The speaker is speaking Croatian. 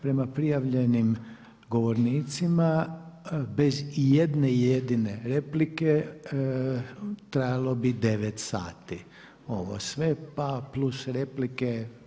Prema prijavljenim govornicima bez i jedne jedine replike trajalo bi 9 sati ovo sve, pa plus replike.